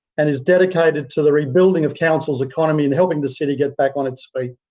and is dedicated to the rebuilding of council's economy and helping the city get back on its feet.